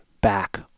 back